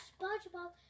Spongebob